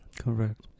correct